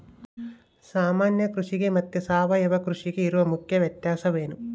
ಸಾಮಾನ್ಯ ಕೃಷಿಗೆ ಮತ್ತೆ ಸಾವಯವ ಕೃಷಿಗೆ ಇರುವ ಮುಖ್ಯ ವ್ಯತ್ಯಾಸ ಏನು?